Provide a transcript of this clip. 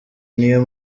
niyo